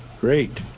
Great